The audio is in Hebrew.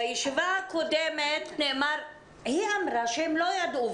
בישיבה הקודמת היא אמרה שהם לא ידעו,